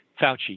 Fauci